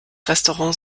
restaurant